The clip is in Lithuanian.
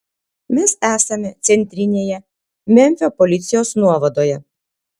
mes esame centrinėje memfio policijos nuovadoje